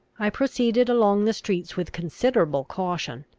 i proceeded along the streets with considerable caution.